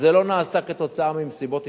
זה לא נעשה כתוצאה ממסיבות עיתונאים,